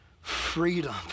freedom